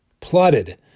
plotted